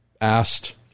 asked